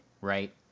right